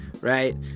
right